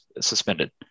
suspended